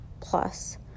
plus